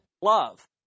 love